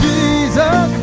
Jesus